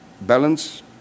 Balance